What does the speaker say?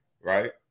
right